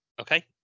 Okay